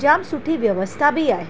जाम सुठी व्यवस्था बि आहे